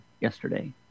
yesterday